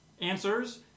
Answers